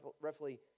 roughly